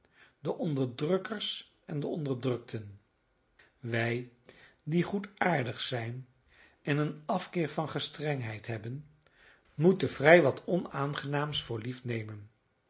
de onderdrukkers en de onderdrukten wij die goedaardig zijn en een afkeer van gestrengheid hebben moeten vrij wat onaangenaams voor lief nemen